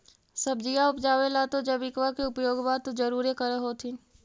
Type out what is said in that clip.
सब्जिया उपजाबे ला तो जैबिकबा के उपयोग्बा तो जरुरे कर होथिं?